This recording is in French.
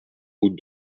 route